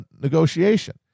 negotiation